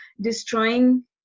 destroying